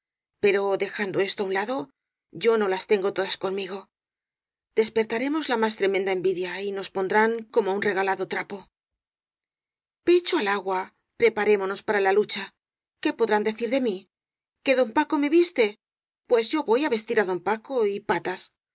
pero dejando esto á un lado yo no las tengo todas conmigo despertare mos la más tremenda envidia y nos pondrán como un regalado trapo pecho al agua y preparémonos para la lucha qué podrán decir de mí que don paco me vis te pues yo voy á vestir á don paco y patas